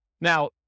Now